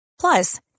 Plus